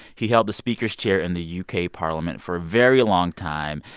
he held the speaker's chair in the u k. parliament for a very long time.